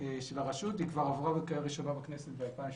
של הרשות עברה בקריאה ראשונה בכנסת ב-2018.